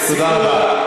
תודה רבה.